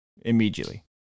immediately